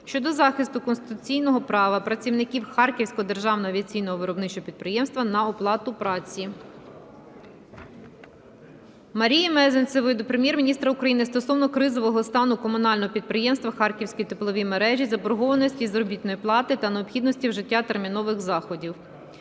щодо захисту конституційного права працівників Харківського державного авіаційного виробничого підприємства на оплату праці. Марії Мезенцевої до Прем'єр-міністра України стосовно кризового стану комунального підприємства "Харківські теплові мережі", заборгованості із заробітної плати та необхідності вжиття термінових заходів.